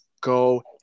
go